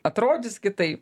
atrodys kitaip